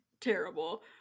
Terrible